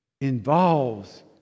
involves